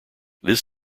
this